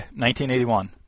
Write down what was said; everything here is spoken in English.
1981